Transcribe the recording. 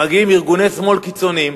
מגיעים ארגוני שמאל קיצוניים,